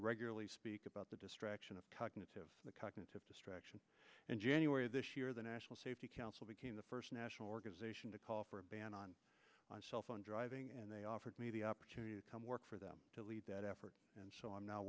regularly speak about the distraction of cognitive the cognitive distraction in january of this year the national safety council became the first national organization to call for a ban on cell phone driving and they offered me the opportunity to come work for them to lead that effort and so i'm no